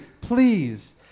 please